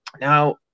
Now